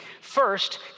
First